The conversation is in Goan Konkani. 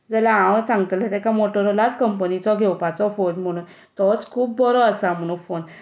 जाल्यार हांव सांगतलें ताका मोटोरोला कंपनीचो घेवपाचो फोन म्हणून तोच खूब बरो आसा म्हणून फोन